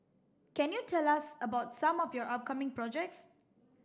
can you tell us about some of your upcoming projects